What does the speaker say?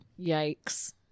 Yikes